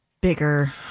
bigger